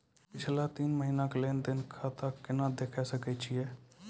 पिछला तीन महिना के लेंन देंन खाता मे केना देखे सकय छियै?